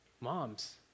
Moms